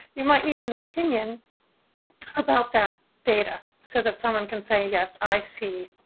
you might need an opinion about that data, so that someone can say, yes, i see.